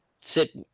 sit